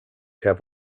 have